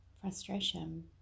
frustration